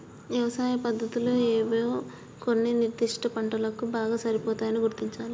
యవసాయ పద్దతులు ఏవో కొన్ని నిర్ధిష్ట పంటలకు బాగా సరిపోతాయని గుర్తించాలి